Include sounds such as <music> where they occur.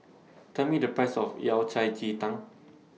<noise> Tell Me The Price of Yao Cai Ji Tang